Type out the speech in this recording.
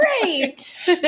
Great